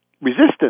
resistance